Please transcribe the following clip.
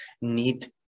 need